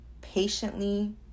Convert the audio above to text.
patiently